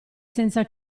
senza